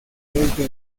desde